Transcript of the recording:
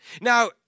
Now